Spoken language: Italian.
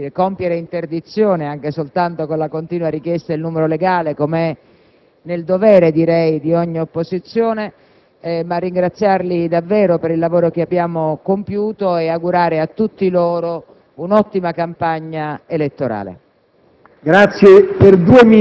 legittimo tentativo di compiere attività di interdizione anche solo con la continua richiesta di verifica del numero legale, come è nel dovere direi di ogni opposizione. Vorrei ringraziarli davvero per il lavoro che abbiamo compiuto ed augurare a tutti loro un'ottima